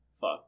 Fuck